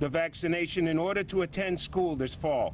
the vaccination in orderer to attend school this fall.